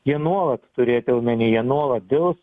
jie nuolat turėti omeny jie nuolat dils